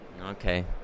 okay